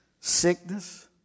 sickness